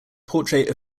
portrait